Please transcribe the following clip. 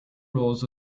rolls